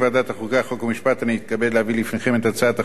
אני מתכבד להביא בפניכם את הצעת החוק לתיקון חוק העונשין,